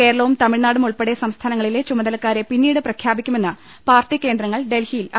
കേരളവും തമിഴ്നാടും ഉൾപ്പെടെ സംസ്ഥാനങ്ങളിലെ ചുമതല ക്കാരെ പിന്നീട് പ്രഖ്യാപിക്കുമെന്ന് പാർട്ടി കേന്ദ്രങ്ങൾ ഡൽഹിയിൽ അറിയിച്ചു